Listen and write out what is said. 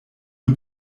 nur